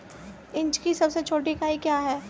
Inch की सबसे छोटी इकाई क्या है?